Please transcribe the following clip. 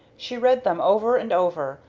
she read them over and over,